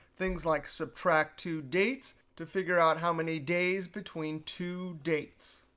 things like subtract two dates to figure out how many days between two dates.